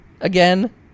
again